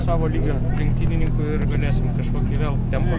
savo lygio lenktynininkų ir galėsim kažkokį vėl tempą